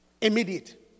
Immediate